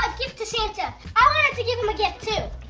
ah gift to santa. i wanted to give him a gift too.